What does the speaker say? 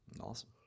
Awesome